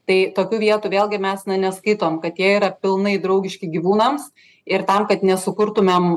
tai tokių vietų vėlgi mes na neskaitom kad jie yra pilnai draugiški gyvūnams ir tam kad nesukurtumėm